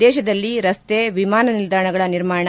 ದೇಶದಲ್ಲಿ ರಸ್ತೆ ವಿಮಾನ ನಿಲ್ದಾಣಗಳ ನಿರ್ಮಾಣ